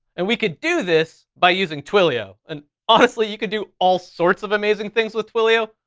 and we could do this by using twilio. and honestly, you could do all sorts of amazing things with twilio,